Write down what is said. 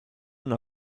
una